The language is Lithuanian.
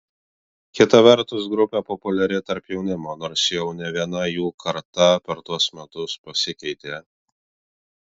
kita vertus grupė populiari tarp jaunimo nors jau ne viena jų karta per tuos metus pasikeitė